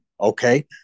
Okay